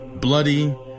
bloody